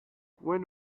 when